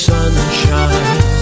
Sunshine